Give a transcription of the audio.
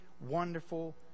wonderful